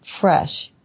fresh